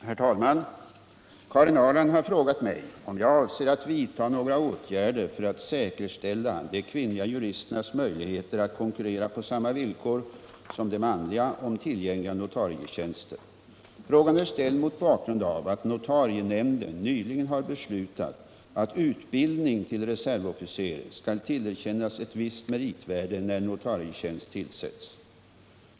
Herr talman! Karin Ahrland har frågat mig om jag avser att vidta några åtgärder för att säkerställa de kvinnliga juristernas möjligheter att konkurrera på samma villkor som de manliga om tillgängliga notarietjänster. Frågan är ställd mot bakgrund av att notarienämnden nyligen har beslutat att utbildning till reservofficer skall tillerkännas ett visst meritvärde när notarietjänst tillsätts.